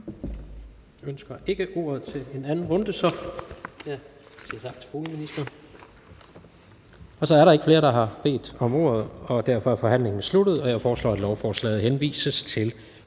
Juul ønsker ikke ordet for sin anden korte bemærkning, så jeg siger tak til boligministeren. Så er der ikke flere, der har bedt om ordet, og derfor er forhandlingen sluttet. Jeg foreslår, at lovforslaget henvises til